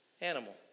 animal